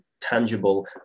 tangible